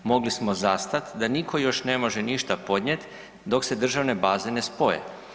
Mogli smo zastat da nitko još ne može ništa podnijet dok se državne baze ne spoje.